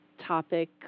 topic